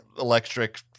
electric